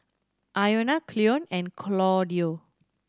Iona Cleon and Claudio